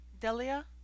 Delia